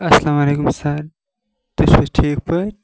اسلام علیکُم سَر تُہۍ چھِو حظ ٹھیک پٲٹھۍ